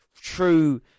true